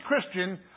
Christian